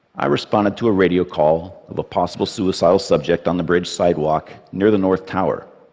i responded to a radio call of a possible suicidal subject on the bridge sidewalk near the north tower.